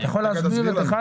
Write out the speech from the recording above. אתה יכול להסביר את (1)?